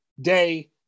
day